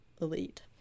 elite